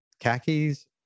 khakis